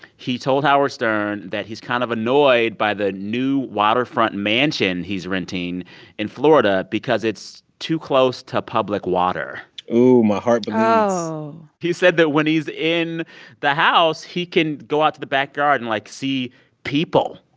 he told howard stern that he's kind of annoyed by the new waterfront mansion he's renting in florida because it's too close to public water oh, my heart bleeds but oh he said that when he's in the house, he can go out to the back garden and, like, see people.